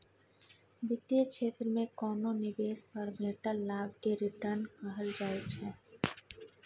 बित्तीय क्षेत्र मे कोनो निबेश पर भेटल लाभ केँ रिटर्न कहल जाइ छै